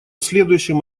следующем